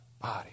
body